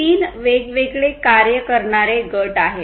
तीन वेगवेगळे कार्य करणारे गट आहेत